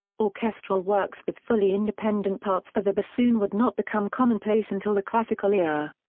orchestral works with fully independent parts for the bassoon would not become commonplace until the classical era.